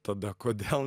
tada kodėl